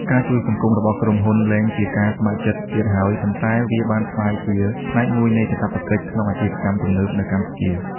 ការជួយសង្គមរបស់ក្រុមហ៊ុនលែងជាការស្ម័គ្រចិត្តទៀតហើយ ប៉ុន្តែវាបានក្លាយជាផ្នែកមួយនៃកាតព្វកិច្ចក្នុងអាជីវកម្មទំនើបនៅកម្ពុជា។